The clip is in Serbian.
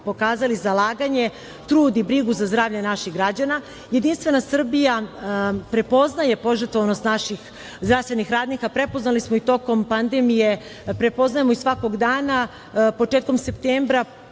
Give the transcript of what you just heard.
pokazali zalaganje, trud i brigu za zdravlje naših građana. Jedinstvena Srbija prepoznaje požrtvovanost naših zdravstvenih radnika. Prepoznali smo i tokom pandemije, prepoznajemo ih svakog dana. Početkom septembra